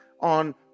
on